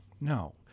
No